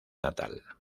natal